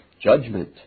Judgment